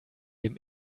dem